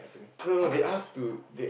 no no they ask to they